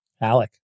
Alec